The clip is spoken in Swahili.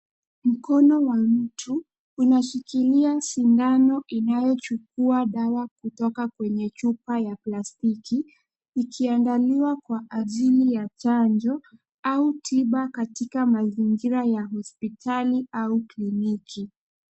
Mkono wa mtu unashikilia sindano inayochukua dawa kutoka kwenye chupa ya plastiki, ikiandaliwa kwa ajili ya chanjo au tiba katika mazingira ya hospitali au kliniki.